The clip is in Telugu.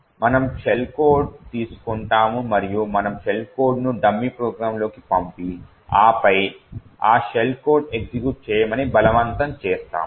మనము షెల్ కోడ్ తీసుకుంటాము మరియు మనము షెల్ కోడ్ను డమ్మీ ప్రోగ్రామ్లోకి పంపి ఆపై ఈ షెల్ కోడ్ను ఎగ్జిక్యూట్ చేయమని బలవంతం చేస్తాము